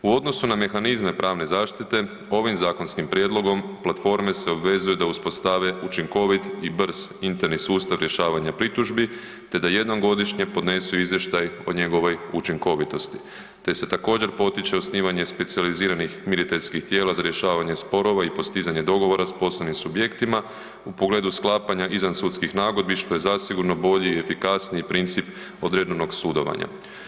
U odnosu na mehanizme pravne zaštite, ovim zakonskim prijedlogom, platforme se obvezuju da uspostave učinkovit i brz interni sustav rješavanja pritužbi te da jednom godišnje podnesu izvještaj o njegovoj učinkovitosti te se također potiče osnivanje specijaliziranih miriteljskih tijela za rješavanje sporova i postizanje dogovora s posebnim subjektima u pogledu sklapanja izvansudskih nagodbi što je zasigurno bolji i efikasniji princip od redovnog sudovanja.